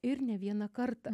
ir ne vieną kartą